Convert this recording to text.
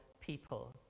people